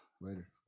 Later